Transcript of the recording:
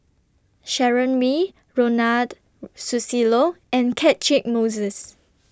Sharon Wee Ronald Susilo and Catchick Moses